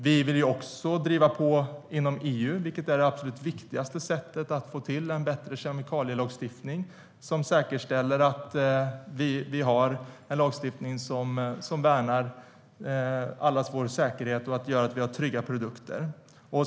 Vi vill driva på inom EU, vilket är det absolut viktigaste sättet att få till en bättre kemikalielagstiftning som säkerställer att vi värnar allas vår säkerhet och gör att vi har trygga produkter.